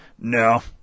no